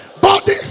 Body